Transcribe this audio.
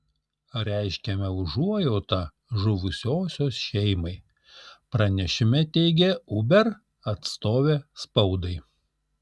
reiškiame užuojautą žuvusiosios šeimai pranešime teigė uber atstovė spaudai